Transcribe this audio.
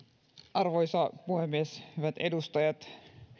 arvoisa puhemies hyvät edustajat